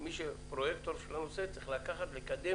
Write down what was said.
ומי שהוא פרויקטור של הנושא צריך לקחת ולקדם